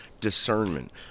discernment